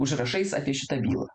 užrašais apie šitą bylą